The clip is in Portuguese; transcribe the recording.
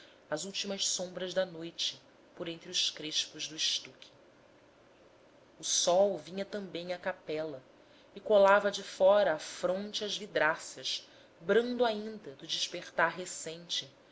as ultimas sombras da noite por entre os crespos do estuque o sol vinha também à capela e colava de fora a fronte às vidraças brando ainda do despertar recente